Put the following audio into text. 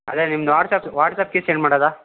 ಅದೇ ನಿಮ್ದು ವಾಟ್ಸ್ಆ್ಯಪ್ ವಾಟ್ಸ್ಆ್ಯಪ್ಗೆ ಸೆಂಡ್ ಮಾಡೋದಾ